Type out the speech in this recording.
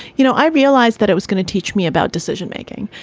you know, i realized that it was going to teach me about decision making.